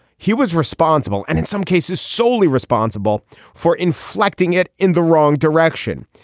he was responsible and in some cases solely responsible for inflicting it in the wrong direction.